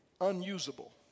unusable